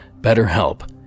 BetterHelp